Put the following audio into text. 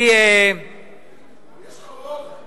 יש לך רוב.